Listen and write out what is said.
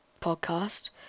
podcast